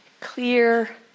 clear